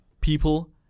people